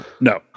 No